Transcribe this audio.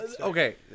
Okay